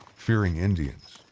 fearing indians,